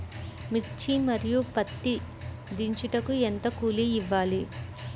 మిర్చి మరియు పత్తి దించుటకు ఎంత కూలి ఇవ్వాలి?